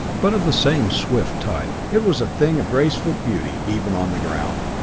but of the same swift type. it was a thing of graceful beauty even on the ground,